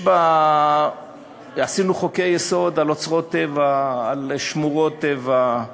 עשינו חוקי-יסוד על אוצרות טבע, על שמורות טבע,